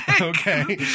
okay